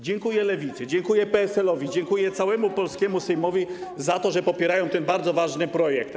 Dziękuję Lewicy, dziękuję PSL-owi, dziękuję całemu polskiemu Sejmowi za to, że popierają ten bardzo ważny projekt.